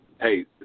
hey